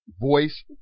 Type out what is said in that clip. voice